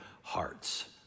hearts